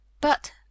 But